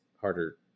harder